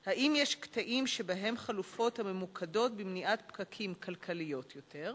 2. האם יש קטעים שבהם חלופות הממוקדות במניעת פקקים כלכליות יותר?